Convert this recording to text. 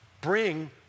bring